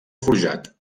forjat